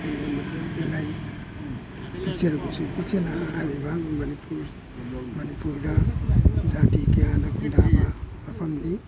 ꯂꯩ ꯄꯤꯛꯆꯔꯕꯁꯨ ꯄꯤꯛꯆꯅ ꯍꯥꯏꯔꯤꯕ ꯃꯅꯤꯄꯨꯔ ꯃꯅꯤꯄꯨꯔꯗ ꯖꯥꯇꯤ ꯀꯌꯥꯅ ꯈꯨꯟꯗꯥꯕ ꯃꯐꯝꯅꯤ